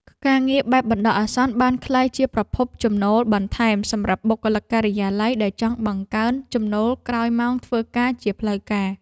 ការងារបែបបណ្ដោះអាសន្នបានក្លាយជាប្រភពចំណូលបន្ថែមសម្រាប់បុគ្គលិកការិយាល័យដែលចង់បង្កើនចំណូលក្រោយម៉ោងធ្វើការផ្លូវការ។